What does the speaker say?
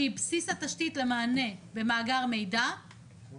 שהיא בסיס התשתית למענה במאגר מידע מול